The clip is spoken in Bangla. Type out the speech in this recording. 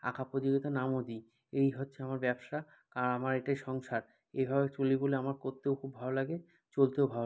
আঁকা প্রতিযোগিতায় নামও দিই এই হচ্ছে আমার ব্যবসা কারণ আমার এটাই সংসার এইভাবে চলি বলে আমার করতেও খুব ভালো লাগে চলতেও ভালো